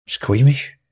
squeamish